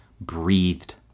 breathed